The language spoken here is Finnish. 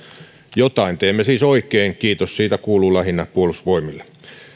jotain teemme siis oikein ja kiitos siitä kuuluu lähinnä puolustusvoimille